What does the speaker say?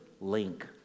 Link